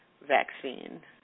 vaccine